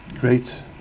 great